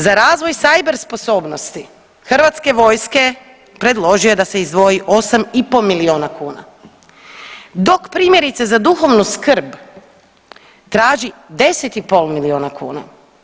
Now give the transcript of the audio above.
Za razvoj cyber sposobnosti hrvatske vojske predložio je da se izdvoji 8,5 milijuna kuna, dok primjerice za duhovnu skrb traži 10,5 miliona kuna.